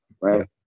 right